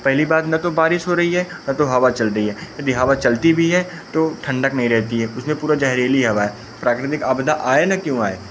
पहली बात ना तो बारिश हो रही है ना तो हवा चल रही है यदि हवा चलती भी है तो ठंडक नहीं रहती है उसमें पूरा ज़हरीली हवा है प्राकृतिक आपदा आए ना क्यों आए